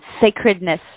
sacredness